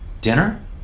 Dinner